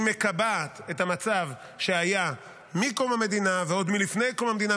היא מקבעת את המצב שהיה מקום המדינה ועוד מלפני קום המדינה,